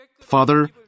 Father